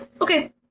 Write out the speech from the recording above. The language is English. okay